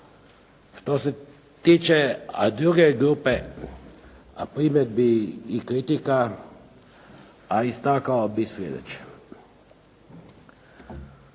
Što se tiče druge grupe primjedbi i kritika istakao bih sljedeće.